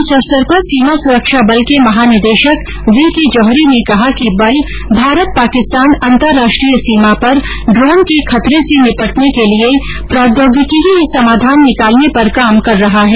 इस अवसर पर सीमा सुरक्षा बल के महानिदेशक वी के जोहरी ने कहा कि बल भारत पाकिस्तान अंतर्राष्ट्रीय सीमा पर ड्रोन के खतरे से निपटने के लिए प्रौद्योगिकीय समाधान निकालने पर काम कर रहा है